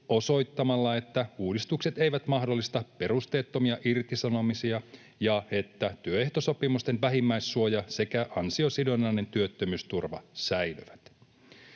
osoittamalla, että uudistukset eivät mahdollista perusteettomia irtisanomisia ja että työehtosopimusten vähimmäissuoja sekä ansiosidonnainen työttömyysturva säilyvät.